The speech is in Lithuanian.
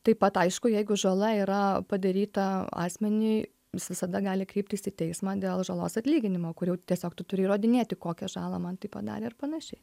taip pat aišku jeigu žala yra padaryta asmeniui jis visada gali kreiptis į teismą dėl žalos atlyginimo kur jau tiesiog tu turi įrodinėti kokią žalą man tai padarė ir panašiai